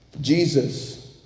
Jesus